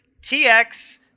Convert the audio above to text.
TX